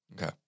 Okay